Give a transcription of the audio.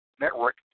Network